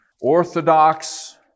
Orthodox